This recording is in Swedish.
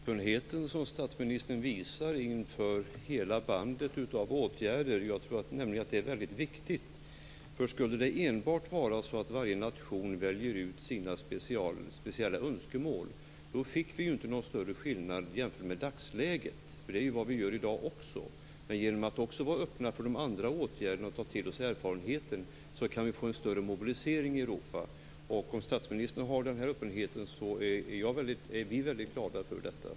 Fru talman! Jag tackar för den uppriktighet som statsministern visar inför hela bandet av åtgärder. Jag tror att det är viktigt. Skulle varje nation enbart välja ut sina speciella önskemål fick vi inte någon större skillnad i jämförelse med dagsläget. Så sker ju också i dag. Genom att vara öppna för de andra åtgärderna och ta till oss den erfarenheten kan vi få en större mobilisering i Europa. Om statsministern har den öppenheten är vi väldigt glada. Tack!